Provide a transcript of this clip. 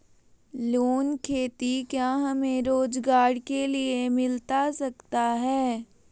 Loan खेती क्या हमें रोजगार के लिए मिलता सकता है?